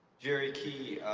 jerry key.